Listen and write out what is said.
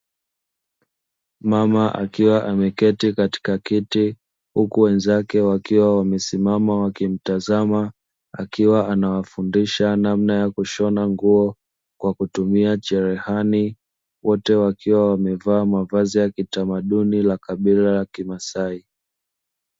Mama akiwa ameketi katika kiti huku wenzake wakiwa wamesimama wakimtazama, akiwa anawafundisha namna ya kushona nguo kwa kutumia cherehani. Wote wakiwa wamevaa mavazi ya kitamaduni la kabila kimasai.